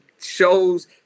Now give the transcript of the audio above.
shows